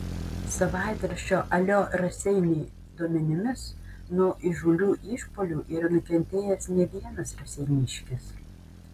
savaitraščio alio raseiniai duomenimis nuo įžūlių išpuolių yra nukentėjęs ne vienas raseiniškis